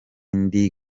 ndi